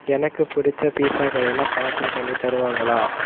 எனக்கு பிடித்த பீட்ஸா கடையில் பார்சல் பண்ணி தருவாங்களா